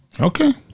Okay